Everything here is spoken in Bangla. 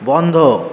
বন্ধ